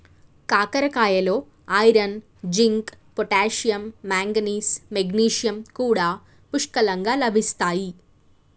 కాకరకాయలో iron, zinc, potassium, manganese, magnesium కూడా పుష్కలంగా లభిస్తాయి